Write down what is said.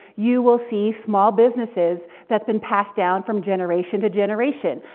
you will see small businesses that's been passed down from generation to generation.